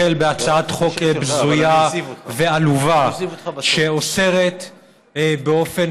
החל בהצעת חוק בזויה ועלובה שאוסרת באופן